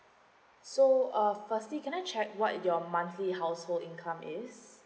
so uh firstly can I check what your monthly household income is